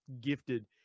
gifted